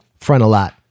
Frontalot